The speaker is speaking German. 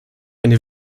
eine